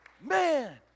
man